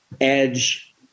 edge